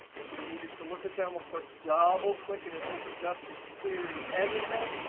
if we needed to look at them, of course, double click and it opens up the query editor.